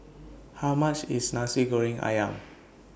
How much IS Nasi Goreng Ayam